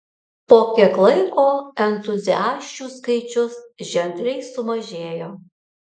po kiek laiko entuziasčių skaičius ženkliai sumažėjo